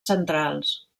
centrals